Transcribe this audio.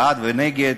בעד ונגד.